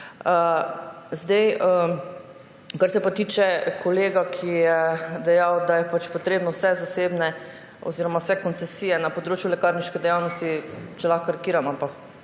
Kar se pa tiče kolega, ki je dejal, da je potrebno vse zasebne oziroma vse koncesije na področju lekarniške dejavnosti – če lahko karikiram, ampak